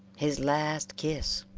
his last kiss